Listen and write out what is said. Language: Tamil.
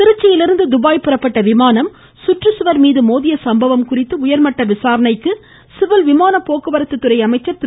திருச்சியிலிருந்து துபாய் புறப்பட்ட விமானம் சுற்றுச்சுவர் மீது மோதிய சம்பவம் குறித்து உயர்மட்ட விசாரணைக்கு சிவில் விமானபோக்குவரத்து துறை அமைச்சர் திரு